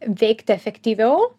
veikti efektyviau